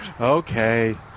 Okay